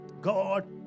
God